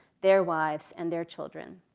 their wives and their children.